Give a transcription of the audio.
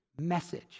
message